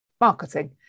marketing